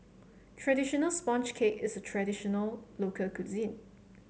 traditional sponge cake is a traditional local cuisine